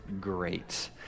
great